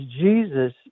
Jesus